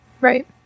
right